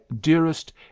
dearest